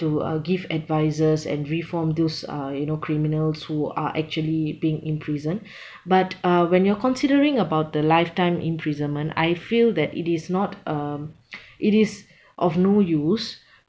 to uh give advices and reform those uh you know criminals who are actually being imprisoned but uh when you are considering about the lifetime imprisonment I feel that it is not uh it is of no use